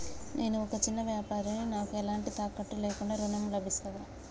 నేను ఒక చిన్న వ్యాపారిని నాకు ఎలాంటి తాకట్టు లేకుండా ఋణం లభిస్తదా?